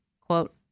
quote